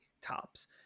tops